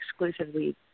exclusively